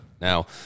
Now